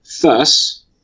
Thus